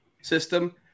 system